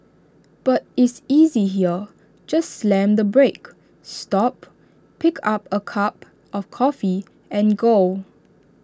but is easy here just slam the brake stop pick up A cup of coffee and go